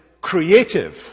creative